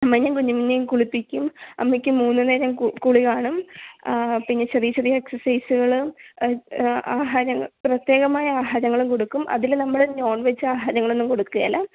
അമ്മയ്ക്കും കുഞ്ഞിനെയും കുളിപ്പിക്കും അമ്മയ്ക്ക് മൂന്ന് നേരം കുളി കാണും പിന്നെ ചെറിയ ചെറിയ എക്സർസൈസുകൾ ആഹാരങ്ങൾ പ്രത്യേകമായ ആഹാരങ്ങളും കൊടുക്കും അതിൽ നമ്മൾ നോൺ വെജ് ആഹാരങ്ങളൊന്നും കൊടുക്കില്ല